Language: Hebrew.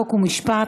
חוק ומשפט,